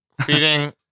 Feeding